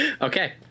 okay